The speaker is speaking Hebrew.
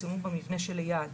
הן צולמו במבנה שליד.